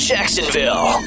Jacksonville